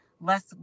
less